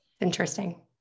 Interesting